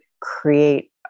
create